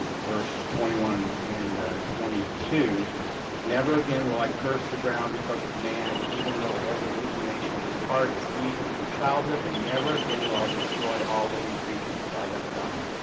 verse twenty one and twenty two never again will i curse the ground because of man, even though every inclination of his heart is evil from childhood and never again will i destroy all living creatures as i have done.